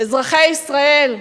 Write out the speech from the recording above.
אזרחי ישראל,